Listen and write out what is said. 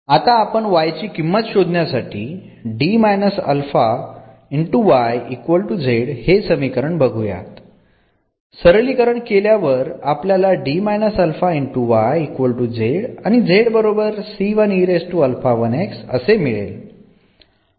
आता आपण y ची किंमत शोधण्यासाठी हे समीकरण बघूयात सरलीकरण केल्यावर आपल्याला असे मिळेल